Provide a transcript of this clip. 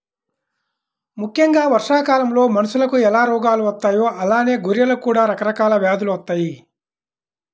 ముక్కెంగా వర్షాకాలంలో మనుషులకు ఎలా రోగాలు వత్తాయో అలానే గొర్రెలకు కూడా రకరకాల వ్యాధులు వత్తయ్యి